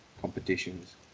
competitions